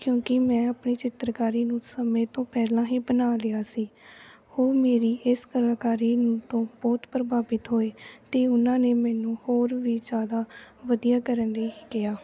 ਕਿਉਂਕਿ ਮੈਂ ਆਪਣੀ ਚਿੱਤਰਕਾਰੀ ਨੂੰ ਸਮੇਂ ਤੋਂ ਪਹਿਲਾਂ ਹੀ ਬਣਾ ਲਿਆ ਸੀ ਉਹ ਮੇਰੀ ਇਸ ਕਲਾਕਾਰੀ ਨੂੰ ਤੋਂ ਬਹੁਤ ਪ੍ਰਭਾਵਿਤ ਹੋਏ ਤੇ ਉਹਨਾਂ ਨੇ ਮੈਨੂੰ ਹੋਰ ਵੀ ਜ਼ਿਆਦਾ ਵਧੀਆ ਕਰਨ ਲਈ ਕਿਹਾ